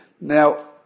Now